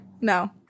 No